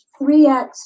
3x